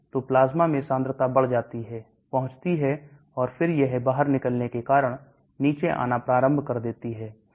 तो प्लाज्मा में सांद्रता बढ़ जाती है पहुंचती है और फिर यह बाहर निकलने के कारण नीचे आना प्रारंभ कर देती है